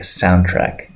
soundtrack